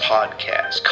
Podcast